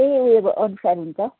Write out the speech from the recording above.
त्यही उयो अनुसार हुन्छ